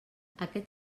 aquest